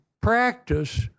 practice